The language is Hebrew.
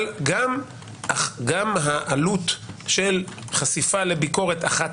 אבל גם העלות של חשיפה לביקורת אחת